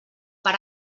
per